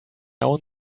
own